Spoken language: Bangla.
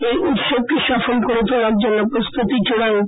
এই উৎসবকে সফল করে তলার জন্য প্রস্তুতি চূড়ান্ত